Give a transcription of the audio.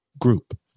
group